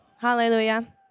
Hallelujah